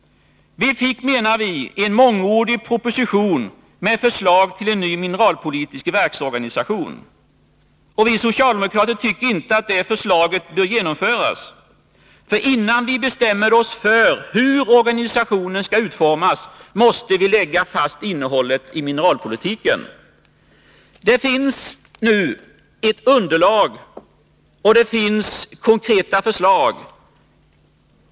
Vi fick en mångordig proposition med förslag till ny mineralpolitisk verksorganisation. Vi socialdemokrater tycker inte att det förslaget bör genomföras. Innan vi bestämmer oss för hur organisationen skall utformas måste vi lägga fast innehållet i mineralpolitiken. Det finns ett underlag och det finns konkreta förslag.